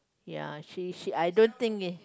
yeah she she I don't think it